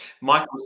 Michael